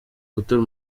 gutora